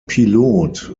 pilot